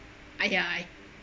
ya I